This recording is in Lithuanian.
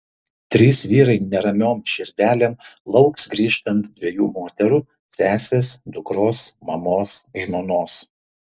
trys vyrai neramiom širdelėm lauks grįžtant dviejų moterų sesės dukros mamos žmonos